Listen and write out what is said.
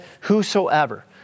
whosoever